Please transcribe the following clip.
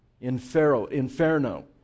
Inferno